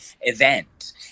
event